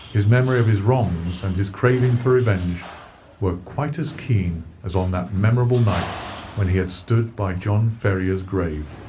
his memory of his wrongs and his craving for revenge were quite as keen as on that memorable night when he had stood by john ferrier's grave.